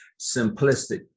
simplistic